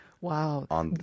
Wow